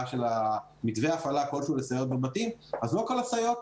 של מתווה הפעלה כלשהו לסייעות בבתים אז לא כל המשפחות